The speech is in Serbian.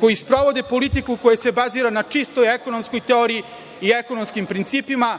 koji sprovode politiku koja se bazira na čistoj ekonomskoj teoriji i ekonomskim principima,